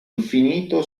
infinito